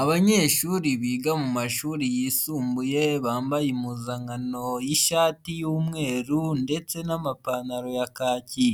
Abanyeshuri biga mu mashuri yisumbuye bambaye impuzankano y'ishati y'umweru ndetse n'amapantaro ya kaki,